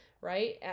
right